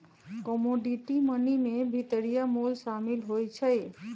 commodity money में भितरिया मोल सामिल होइ छइ